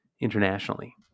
internationally